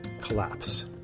collapse